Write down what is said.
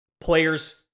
players